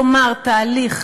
כלומר תהליך